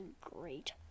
Great